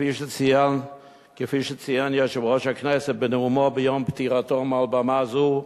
כפי שציין יושב-ראש הכנסת בנאומו ביום פטירתו מעל במה זו,